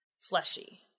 fleshy